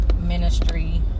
ministry